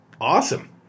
Awesome